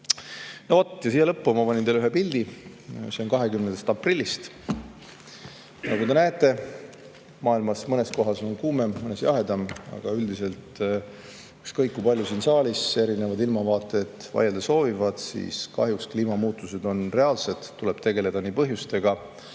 Ja siia lõppu ma panin teile ühe pildi. See on 20. aprillist. Nagu te näete, maailmas mõnes kohas on kuumem, mõnes jahedam, aga üldiselt ükskõik kui palju siin saalis erinevad ilmavaated vaielda soovivad, siis kahjuks kliimamuutused on reaalsed, tuleb tegeleda nii põhjustega